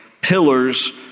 pillars